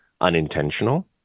unintentional